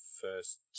first